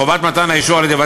יש היגיון בהחרגת